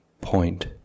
point